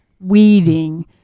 weeding